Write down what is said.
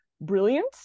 brilliant